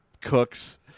cooks